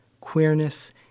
Queerness